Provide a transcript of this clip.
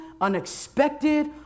unexpected